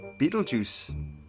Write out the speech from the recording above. Beetlejuice